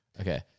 Okay